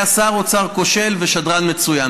היה שר אוצר כושל ושדרן מצוין,